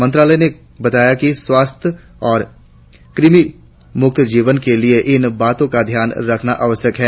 मंत्रालय ने बताया है कि स्वस्थ्य और क्रमि मुक्त जीवन के लिए इन बातों का ध्यान रखना आवश्यक है